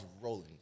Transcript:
rolling